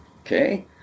Okay